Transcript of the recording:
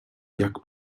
jak